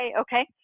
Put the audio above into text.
okay